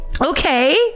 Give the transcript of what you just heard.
okay